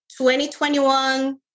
2021